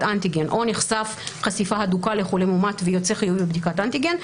אנטיגן או נחשף חשיפה הדוקה לחולה מאומת ויוצא חיובי בבדיקת אנטיגן,